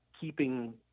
keeping